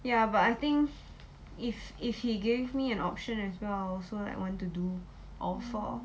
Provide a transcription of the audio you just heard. ya but I think if if he gave me an option as well I also like want to do all four